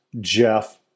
Jeff